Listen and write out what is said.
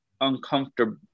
uncomfortable